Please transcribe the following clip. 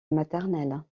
maternelle